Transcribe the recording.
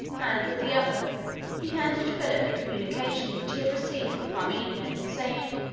and with the other he handed philip the communication which he had received from parmenio, saying,